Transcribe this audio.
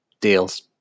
deals